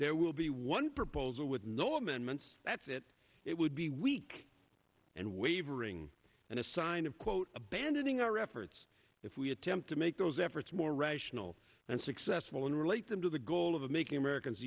there will be one proposal with no amendments that's it it would be weak and wavering and a sign of quote abandoning our efforts if we attempt to make those efforts more rational and successful and relate them to the goal of making americans